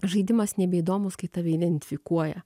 žaidimas nebeįdomūs kai tave identifikuoja